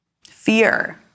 Fear